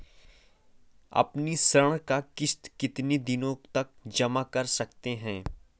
अपनी ऋण का किश्त कितनी दिनों तक जमा कर सकते हैं?